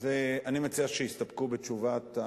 אני מציע שיסתפקו בתשובה.